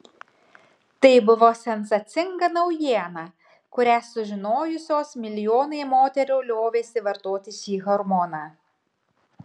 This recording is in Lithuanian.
tai buvo sensacinga naujiena kurią sužinojusios milijonai moterų liovėsi vartoti šį hormoną